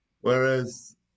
whereas